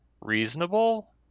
reasonable